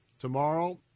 Tomorrow